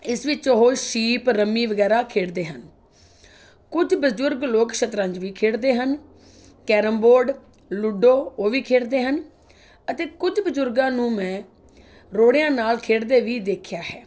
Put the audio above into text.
ਇਸ ਵਿੱਚ ਉਹ ਸ਼ੀਪ ਰੰਮੀ ਵਗੈਰਾ ਖੇਡਦੇ ਹਨ ਕੁਝ ਬਜ਼ੁਰਗ ਲੋਕ ਸ਼ਤਰੰਜ ਵੀ ਖੇਡਦੇ ਹਨ ਕੈਰਮ ਬੋਰਡ ਲੁੱਡੋ ਉਹ ਵੀ ਖੇਡਦੇ ਹਨ ਅਤੇ ਕੁਝ ਬਜ਼ੁਰਗਾਂ ਨੂੰ ਮੈਂ ਰੋੜਿਆਂ ਨਾਲ ਖੇਡਦੇ ਵੀ ਦੇਖਿਆ ਹੈ